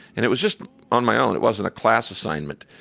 and it was just on my own. it wasn't a class assignment.